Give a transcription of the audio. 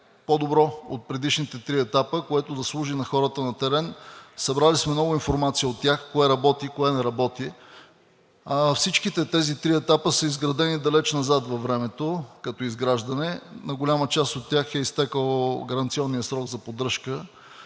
по-добро от предишните три етапа, което да служи на хората на терен. Събрали сме много информация от тях – кое работи и кое не работи. Всичките тези три етапа като изграждане са далеч назад във времето – на голяма част от тях е изтекъл гаранционният срок за поддръжка,